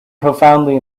profoundly